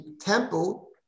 temple